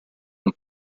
mon